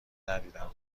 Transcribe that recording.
ندیدم